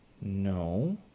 no